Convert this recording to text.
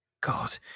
God